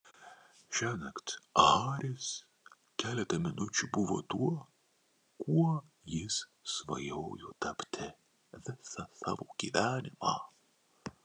šiąnakt haris keletą minučių buvo tuo kuo jis svajojo tapti visą savo gyvenimą